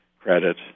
credit